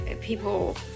people